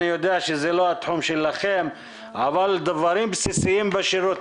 אני יודע שזה לא התחום שלכם אבל דברים בסיסיים בשירות.